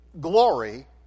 glory